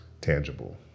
tangible